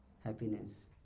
happiness